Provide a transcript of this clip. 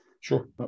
Sure